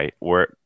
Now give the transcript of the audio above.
right